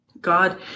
God